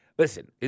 Listen